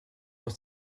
dans